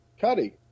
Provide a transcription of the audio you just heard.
Cuddy